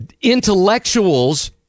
intellectuals